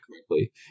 correctly